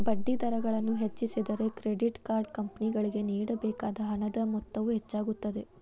ಬಡ್ಡಿದರಗಳನ್ನು ಹೆಚ್ಚಿಸಿದರೆ, credit card ಕಂಪನಿಗಳಿಗೆ ನೇಡಬೇಕಾದ ಹಣದ ಮೊತ್ತವು ಹೆಚ್ಚಾಗುತ್ತದೆ